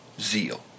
Zeal